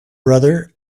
brother